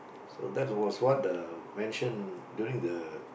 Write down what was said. so that was what the mention during the